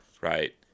right